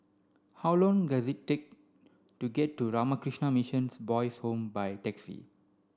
how long does it take to get to Ramakrishna Missions Boys' Home by taxi